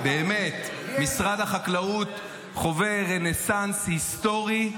באמת, משרד החקלאות חווה רנסנס היסטורי.